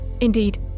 indeed